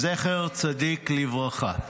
יוסף, זכר צדיק לברכה.